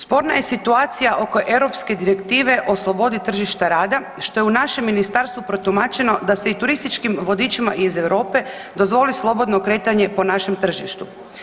Sporna je situacija oko Europske direktive o slobodi tržišta rada što je u našem ministarstvu protumačeno da se i turističkim vodičima iz Europe dozvoli slobodno kretanje po našem tržištu.